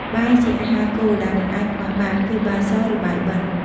បាយ ជាអាហារគោលដែលមិនអាចខ្វះបាន គឺបាយស ឬ បាយបិណ្ឌ។